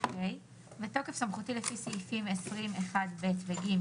בתוקף סמכותי לפי סעיפים 20(1)(ב) ו-(ג)